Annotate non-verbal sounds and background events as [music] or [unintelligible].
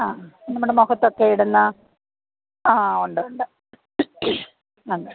ആ നമ്മുടെ മുഖത്തൊക്കെ ഇടുന്ന ആ ഉണ്ട് ഉണ്ട് [unintelligible]